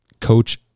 coach